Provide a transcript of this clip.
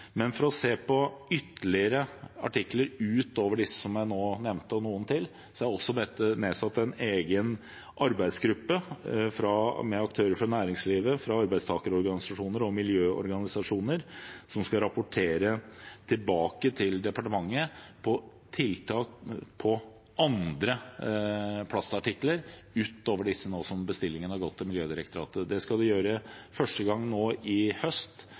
For å se på ytterligere artikler, ut over de jeg nå nevnte, og noen til, er det nedsatt en egen arbeidsgruppe med aktører fra næringslivet, arbeidstakerorganisasjoner og miljøorganisasjoner, som skal rapportere tilbake til departementet på tiltak for andre plastartikler ut over de bestillingene som har gått til Miljødirektoratet. Det skal vi første gang gjøre nå i høst